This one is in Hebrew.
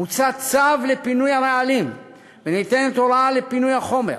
מוצא צו לפינוי הרעלים וניתנת הוראה לפינוי החומר.